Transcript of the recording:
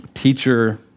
teacher